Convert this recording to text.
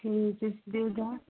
ٹھیٖک چھُ دیٖودار